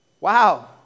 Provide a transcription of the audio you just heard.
Wow